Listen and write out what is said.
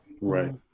Right